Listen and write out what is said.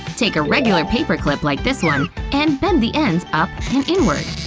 take a regular paperclip like this one and pend the ends up and inward.